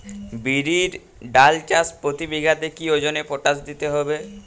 বিরির ডাল চাষ প্রতি বিঘাতে কি ওজনে পটাশ দিতে হবে?